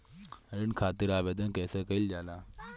ऋण खातिर आवेदन कैसे कयील जाला?